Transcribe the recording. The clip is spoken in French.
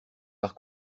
par